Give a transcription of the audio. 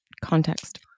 context